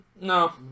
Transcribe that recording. No